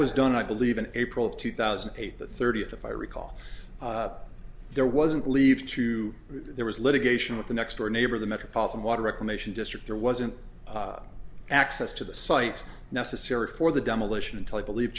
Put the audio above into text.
was done i believe in april of two thousand and eight the thirtieth if i recall there wasn't leave two there was litigation with the next door neighbor the metropolitan water reclamation district there wasn't access to the site necessary for the demolition until i believe